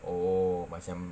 oh macam